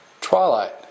Twilight